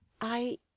I